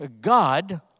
God